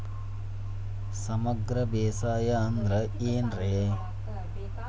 ಸಮಗ್ರ ಬೇಸಾಯ ಅಂದ್ರ ಏನ್ ರೇ?